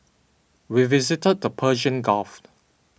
we visited the Persian